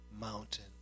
mountain